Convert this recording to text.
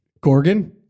Gorgon